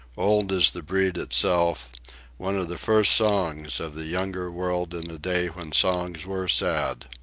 old as the breed itself one of the first songs of the younger world in a day when songs were sad.